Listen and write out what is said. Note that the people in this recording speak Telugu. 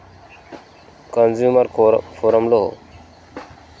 consumer court ఫోరంలో